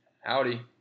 Howdy